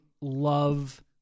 love